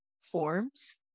forms